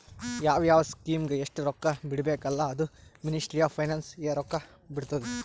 ಯಾವ್ ಯಾವ್ ಸ್ಕೀಮ್ಗ ಎಸ್ಟ್ ರೊಕ್ಕಾ ಬಿಡ್ಬೇಕ ಅಲ್ಲಾ ಅದೂ ಮಿನಿಸ್ಟ್ರಿ ಆಫ್ ಫೈನಾನ್ಸ್ ಎ ರೊಕ್ಕಾ ಬಿಡ್ತುದ್